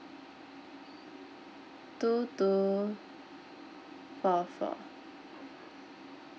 two two four four